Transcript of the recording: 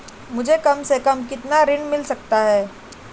मुझे कम से कम कितना ऋण मिल सकता है?